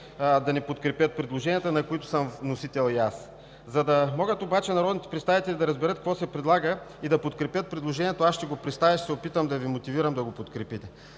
да не подкрепят предложенията, на които съм вносител и аз. За да могат народните представители да разберат какво се предлага и да подкрепят предложението, аз ще го представя и ще се опитам да Ви мотивирам да го подкрепите.